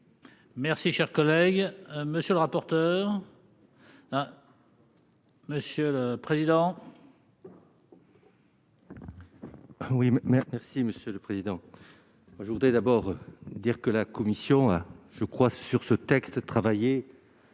Merci, cher collègue, monsieur le rapporteur. Monsieur le président.